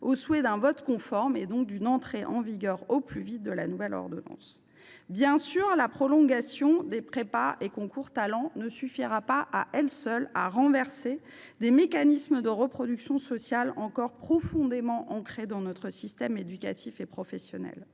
au souhait d’un vote conforme, donc d’une entrée en vigueur au plus vite de la nouvelle ordonnance. Bien sûr, la prolongation des prépas et concours Talents ne suffira pas à elle seule à renverser des mécanismes de reproduction sociale encore profondément ancrés dans notre système éducatif et professionnel.